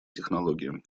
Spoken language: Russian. технологиям